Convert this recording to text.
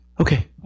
Okay